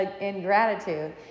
ingratitude